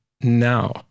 now